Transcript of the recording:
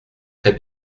très